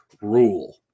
rule